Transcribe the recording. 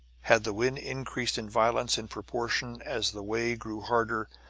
had the wind increased in violence in proportion as the way grew harder,